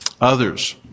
others